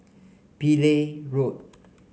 Pillai Road